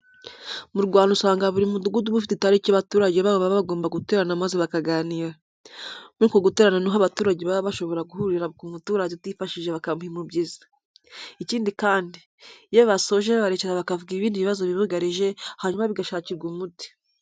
Mu Rwanda usanga buri mudugudu uba ufite itariki abaturage bawo baba bagomba guterana maze bakaganira. Muri uko guterana ni ho abaturage baba bashobora guhurira ku muturage utifashije bakamuha umubyizi. Ikindi kandi, iyo basoje baricara bakavuga ibindi bibazo bibugarije hanyuma bigashakirwa umuti.